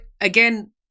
again